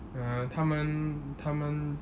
err 他们他们